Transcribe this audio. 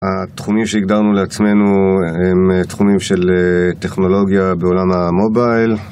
התחומים שהגדרנו לעצמנו הם תחומים של טכנולוגיה בעולם המובייל